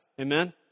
Amen